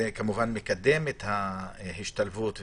זה, כמובן, מקדם את ההשתלבות והעבודה.